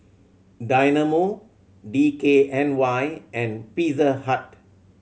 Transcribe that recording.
Dynamo D K N Y and Pizza Hut